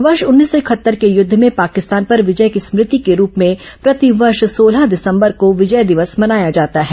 वर्ष उन्नीस सौ इकहत्तर के युद्ध में पाकिस्तान पर विजय की स्मृति के रूप में प्रतिवर्ष सोलह दिसंबर को विजय दिवस मनाया जाता है